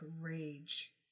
rage